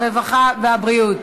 הרווחה והבריאות,